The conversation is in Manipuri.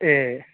ꯑꯦ